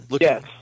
yes